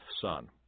son